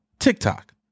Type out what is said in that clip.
TikTok